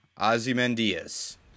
Ozymandias